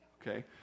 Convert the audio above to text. okay